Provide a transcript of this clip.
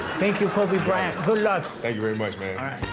thank you, kobe bryant. good luck. thank you very much, man.